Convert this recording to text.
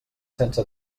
sense